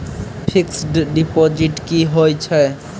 Fixed deposit की होय छै?